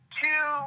two